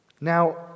Now